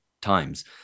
times